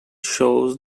shows